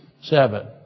seven